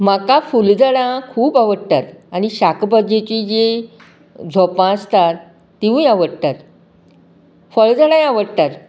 म्हाका फूल झाडां खूब आवडटात आनी शाक बागेची जी झोपां आसतात तींवूय आवडटात फळ झाडांय आवडटात